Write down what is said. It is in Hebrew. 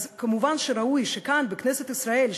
אז מובן שראוי שכאן בכנסת ישראל,